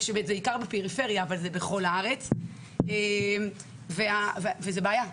ובעיקר בפריפריה, וזו בעיה.